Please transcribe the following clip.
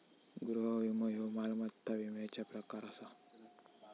गृह विमो ह्यो मालमत्ता विम्याचा प्रकार आसा